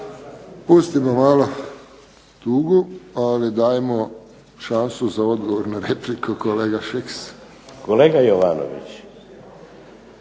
Pustimo malo tugu, ali dajmo šansu za odgovor na repliku. Kolega Šeks. **Šeks, Vladimir